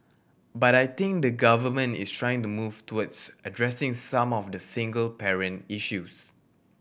but I think the Government is trying to move towards addressing some of the single parent issues